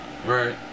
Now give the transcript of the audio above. Right